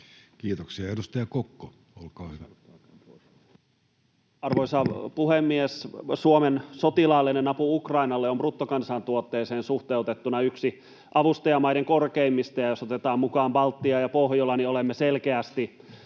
Kiitoksia. — Edustaja Kokko, olkaa hyvä. Arvoisa puhemies! Suomen sotilaallinen apu Ukrainalle on bruttokansantuotteeseen suhteutettuna yksi avustajamaiden korkeimmista, ja jos otetaan mukaan Baltia ja Pohjola, niin olemme selkeästi